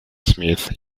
smith